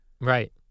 Right